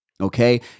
okay